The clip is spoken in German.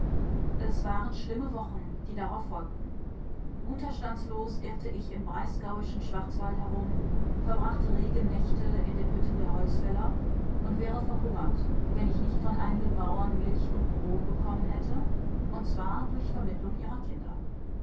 es waren schlimme wochen die darauf folgten unterstandslos irrte ich im breisgauischen schwarzwald herum verbrachte regennächte in den hütten der holzfäller und wäre verhungert wenn ich nicht von einigen bauern milch und brot bekommen hätte und zwar durch vermittlung ihrer kinder